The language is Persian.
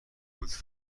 بود